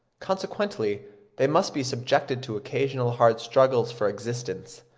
consequently they must be subjected to occasional hard struggles for existence,